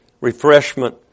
refreshment